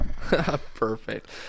perfect